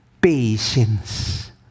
patience